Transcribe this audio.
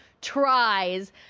tries